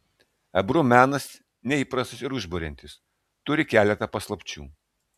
ebru menas neįprastas ir užburiantis turi keletą paslapčių